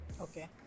Okay